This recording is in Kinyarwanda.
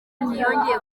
ntiyongeye